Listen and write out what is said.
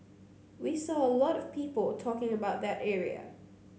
we saw a lot of people talking about that area